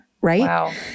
right